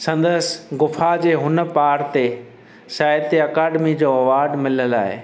संदसि गुफ़ा जे हुन पार ते साहित्य अकाडमी जो अवॉर्ड मिलियल आहे